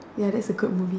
ya that's a good movie